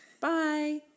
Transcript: Bye